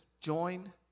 Join